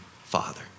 father